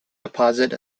deposit